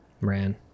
Ran